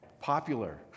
popular